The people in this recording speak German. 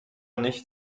nicht